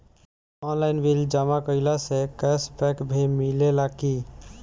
Online bill जमा कईला से कैश बक भी मिलेला की?